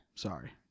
Sorry